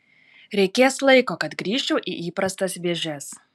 reikės laiko kad grįžčiau į įprastas vėžes